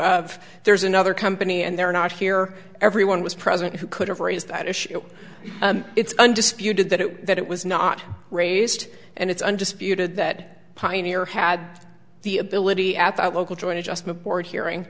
of there's another company and they're not here everyone was present who could have raised that issue it's undisputed that it that it was not raised and it's undisputed that pioneer had the ability at that local joint adjustment board hearing